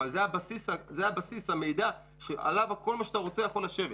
אבל הוא הבסיס למידע שעליו כל מה שאתה רוצה יכול לשבת,